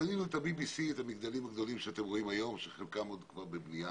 ובנינו את המגדלים הגדולים שאתם רואים היום שחלקם עוד בבנייה.